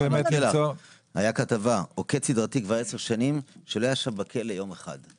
הייתה כתבה: עוקץ סדרתי כבר עשר שנים שלא ישב בכלא יום אחד.